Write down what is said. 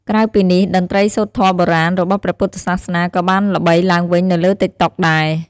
ក្រៅពីនេះ តន្ត្រីសូត្រធម៌បុរាណ របស់ព្រះពុទ្ធសាសនា ក៏បានល្បីឡើងវិញនៅលើ តិកតុក ដែរ។